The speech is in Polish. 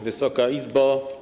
Wysoka Izbo!